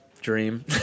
dream